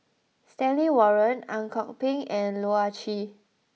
Stanley Warren Ang Kok Peng and Loh Ah Chee